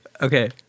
Okay